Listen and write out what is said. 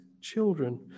children